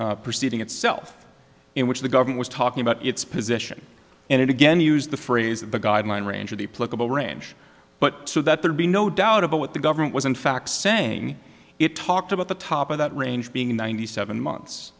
sentencing proceeding itself in which the government was talking about its position and it again used the phrase that the guideline range of the political range but so that there'd be no doubt about what the government was in fact saying it talked about the top of that range being ninety seven months